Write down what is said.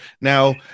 Now